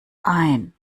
ein